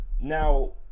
Now